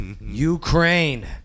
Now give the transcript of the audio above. Ukraine